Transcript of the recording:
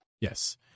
Yes